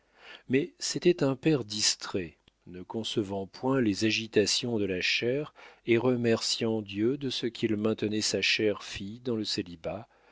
mais c'était un père distrait ne concevant point les agitations de la chair et remerciant dieu de ce qu'il maintenait sa chère fille dans le célibat